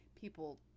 people